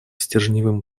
стержневым